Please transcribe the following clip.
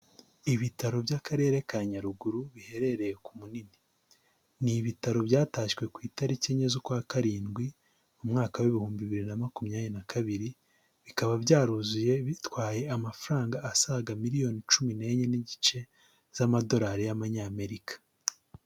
Ibitaro by'Akarere ka Nyaruguru biherereye ku Munini, ni ibitaro byatashywe ku itari enye z'ukwa karindwi, umwaka w'ibihumbi bibiri na makumyabiri na kabiri, bikaba byaruzuye bitwaye amafaranga asaga miliyoni cumi n'enye n'igice, z'amadolari y'Amanyamerika.